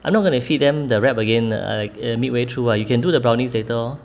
I'm not going to feed them the wrap again uh uh midway through ah you can do the brownies later orh